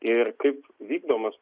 ir kaip vykdomas